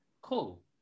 Cool